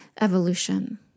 evolution